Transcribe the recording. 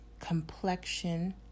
complexion